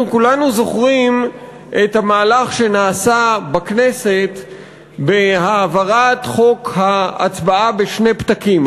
אנחנו כולנו זוכרים את המהלך שנעשה בכנסת בהעברת חוק ההצבעה בשני פתקים,